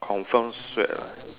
confirm sweat lah